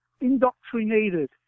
indoctrinated